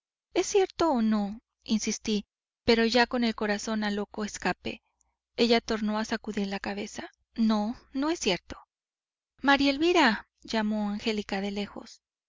es cierto o no insistí pero ya con el corazón a loco escape ella tornó a sacudir la cabeza no no es cierto maría elvira llamó angélica de lejos